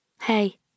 Hey